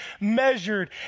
measured